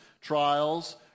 trials